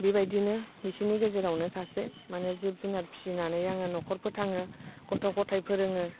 बेबायदिनो बिसिनि गेजेरावनो सासे माने जिब जुनार फिसिनानै आङो न'खर फोथाङो गथ' गथाय फोरोङो